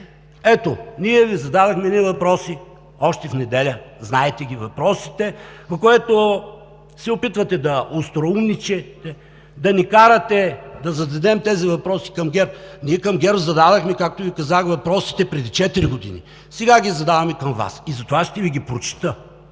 Ние Ви зададохме едни въпроси още в неделя. Знаете въпросите, на които се опитвате да остроумничите, да ни карате да зададем тези въпроси към ГЕРБ. Ние към ГЕРБ зададохме, както Ви казах, въпросите преди четири години. Сега ги задаваме към Вас и затова ще Ви ги прочета,